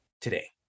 today